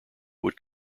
would